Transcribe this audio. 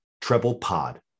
TreblePod